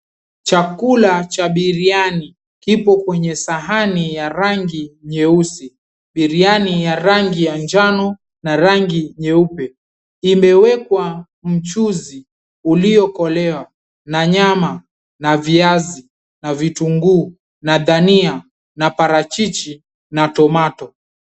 Chakula cha biriani kipo kwenye sahani ya rangi nyeusi, biriani ya rangi ya njano na rangi nyeupe, imewekwa mchuzi uliokolea na nyama, na viazi, na vitunguu, na dania, na parachichi, na tomato .